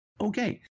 Okay